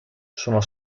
sono